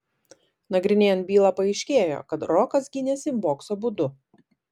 nagrinėjant bylą paaiškėjo kad rokas gynėsi bokso būdu